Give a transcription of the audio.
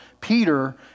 Peter